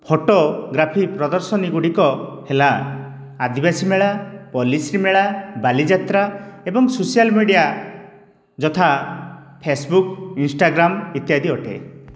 photography ପ୍ରଦର୍ଶନୀ ଗୁଡ଼ିକ ହେଲା ଆଦିବାସୀ ମେଳା ପଲ୍ଲୀଶ୍ରୀ ମେଳା ବାଲିଯାତ୍ରା ଏବଂ ସୋସିଆଲ ମିଡ଼ିଆ ଯଥା ଫେସବୁକ ଇନ୍ସ୍ଟାଗ୍ରାମ ଇତ୍ୟାଦି ଅଟେ